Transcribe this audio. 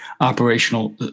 operational